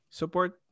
support